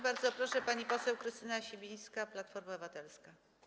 Bardzo proszę, pani poseł Krystyna Sibińska, Platforma Obywatelska.